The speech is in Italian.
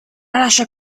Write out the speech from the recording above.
lascia